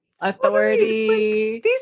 authority